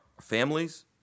families